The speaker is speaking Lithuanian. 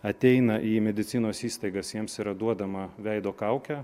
ateina į medicinos įstaigas jiems yra duodama veido kaukė